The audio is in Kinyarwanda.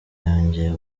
yongeye